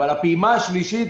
ברור,